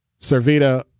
servita